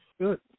Good